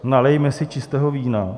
Nalijme si čistého vína.